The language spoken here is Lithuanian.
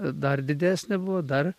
dar didesnė buvo dar